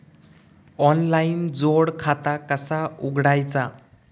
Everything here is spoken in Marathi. ऑनलाइन जोड खाता कसा उघडायचा?